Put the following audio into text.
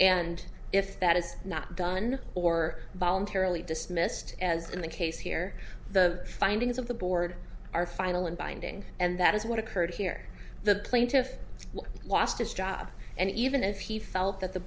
and if that is not done or voluntarily dismissed as in the case here the findings of the board are final and binding and that is what occurred here the plaintiff lost his job and even if he felt that the